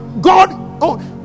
God